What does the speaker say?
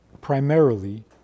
Primarily